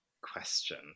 question